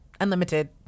unlimited